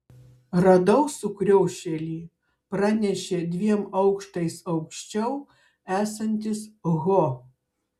radau sukriošėlį pranešė dviem aukštais aukščiau esantis ho